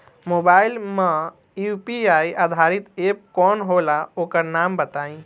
Mobile म UPI आधारित app कौन होला ओकर नाम बताईं?